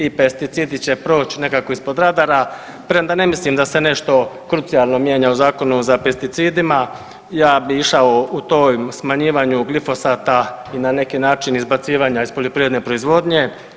I pesticidi će proći nekako ispod radara premda ne mislim da se nešto krucijalno mijenja u zakonu za pesticidima ja bi išao u toj smanjivanju glifosata i na neki način izbacivanja iz poljoprivredne proizvodnje.